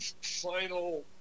final